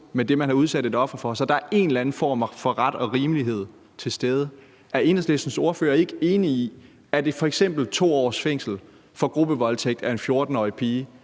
med det, man har udsat et offer for, så der er en eller anden form for ret og rimelighed til stede. Er Enhedslistens ordfører ikke enig i, at f.eks. 2 års fængsel for gruppevoldtægt af en 14-årig pige,